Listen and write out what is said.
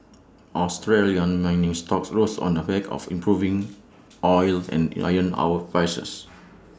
Australian mining stocks rose on the back of improving oil and iron our prices